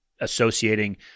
associating